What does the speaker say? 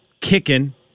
kicking